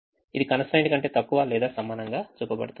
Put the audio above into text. ఇది constraint కంటే తక్కువ లేదా సమానంగా చూపబడుతుంది